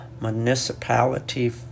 municipality